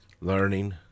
Learning